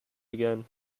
again